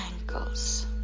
ankles